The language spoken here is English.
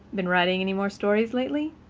been writing any more stories lately?